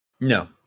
No